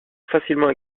facilement